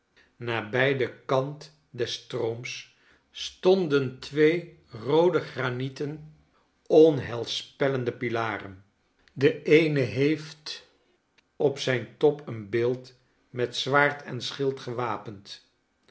nabij den kant des strooms stonden twee roode granieten onheilspellende pilaren de een heeft op zijn top een beeld met zwaard en schild gewapend